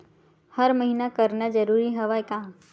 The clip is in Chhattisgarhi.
हर महीना करना जरूरी हवय का?